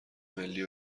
ملی